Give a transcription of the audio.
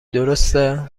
درسته